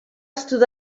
stood